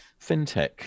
FinTech